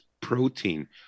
protein